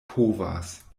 povas